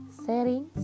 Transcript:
sharing